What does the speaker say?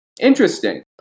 Interesting